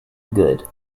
good